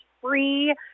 free